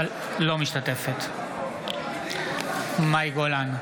אינה משתתפת בהצבעה מאי גולן,